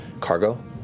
cargo